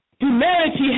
humanity